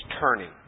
turning